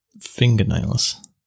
fingernails